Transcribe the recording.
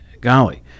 golly